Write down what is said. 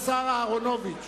אהרונוביץ,